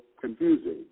confusing